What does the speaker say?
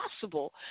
possible